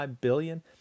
billion